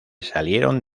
salieron